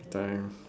free time